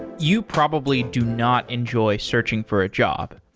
you probably do not enjoy searching for a job.